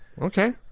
Okay